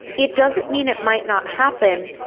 it doesn't mean it might not happen,